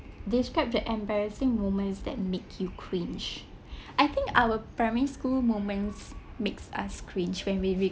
describe the embarrassing moments that make you cringe I think our primary school moments makes us cringe when we